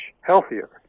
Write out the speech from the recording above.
healthier